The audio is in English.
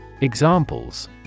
Examples